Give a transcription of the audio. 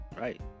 right